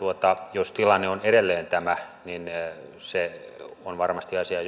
jos tilanne on edelleen tämä niin se on varmasti asia